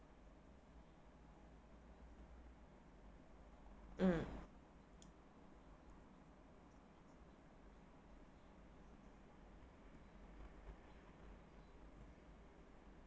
mm